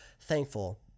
thankful